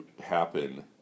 happen